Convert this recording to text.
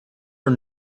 are